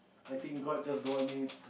I think god just don't want me to